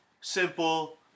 simple